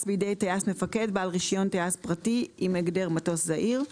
בידי טייס מפקד בעל רישיון טייס פרטי עם הגדר מטוס זעיר."